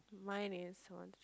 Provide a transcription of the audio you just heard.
mine is one two three~